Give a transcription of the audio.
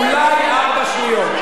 אולי ארבע שניות.